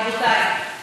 רבותיי,